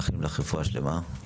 מאחלים לך רפואה שלמה.